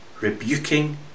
rebuking